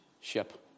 ship